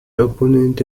oponente